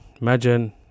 Imagine